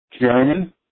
German